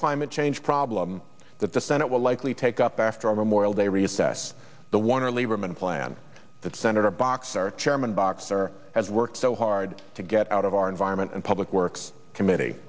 climate change problem that the senate will likely take up after a moral day reassess the one or lieberman plan that senator boxer chairman boxer has worked so hard to get out of our environment and public works committee